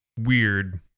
weird